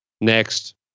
Next